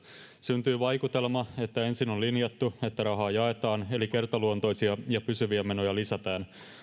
syntyy vaikutelma että ensin on linjattu että rahaa jaetaan eli kertaluontoisia ja pysyviä menoja lisätään